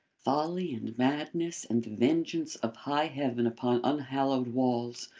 folly and madness and the vengeance of high heaven upon unhallowed walls,